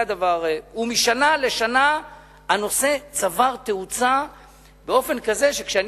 ומשנה לשנה הנושא צבר תאוצה באופן כזה שכשאני